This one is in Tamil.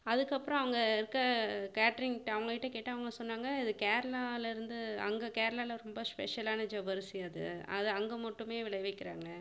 அதுக்கப்புறம் அங்கே இருக்கற கேட்ரிங்கிட்ட அவங்ககிட்ட கேட்டால் அவங்க சொன்னாங்கள் இது கேரளாலேருந்து அங்கே கேரளாவில் ரொம்ப ஸ்பெஷலான ஜவ்வரிசி அது அது அங்கே மட்டுமே விளை விற்கிறாங்க